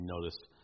noticed